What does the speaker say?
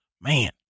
man